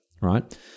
Right